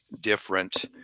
different